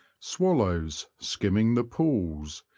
swallows, skimming the pools,